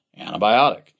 Antibiotic